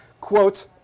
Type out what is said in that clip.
Quote